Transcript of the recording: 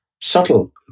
subtle